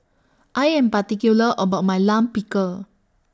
I Am particular about My Lime Pickle